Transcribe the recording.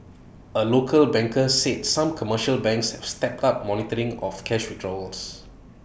A local banker said some commercial banks have stepped up monitoring of cash withdrawals